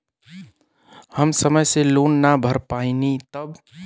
हम समय से लोन ना भर पईनी तब?